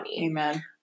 Amen